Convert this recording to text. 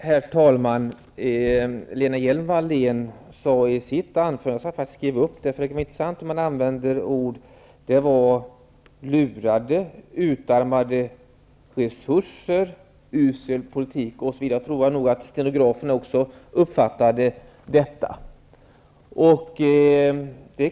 Herr talman! Jag skrev upp att Lena Hjelm-Wallén i sitt anförande använde följande ord: lurade, utarmade resurser, usel politik osv. Jag tror att också stenograferna uppfattade detta.